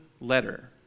letter